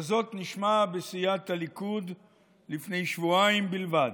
כזאת נשמע בסיעת הליכוד לפני שבועיים בלבד.